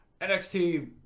NXT